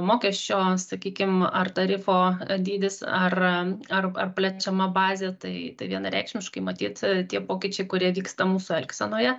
mokesčio sakykim ar tarifo dydis ar ar ar plečiama bazė tai tai vienareikšmiškai matyt tie pokyčiai kurie vyksta mūsų elgsenoje